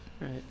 Right